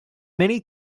many